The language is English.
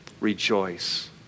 Rejoice